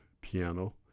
piano